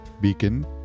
Beacon